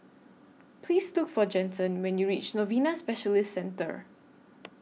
Please Look For Jensen when YOU REACH Novena Specialist Centre